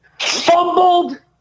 Fumbled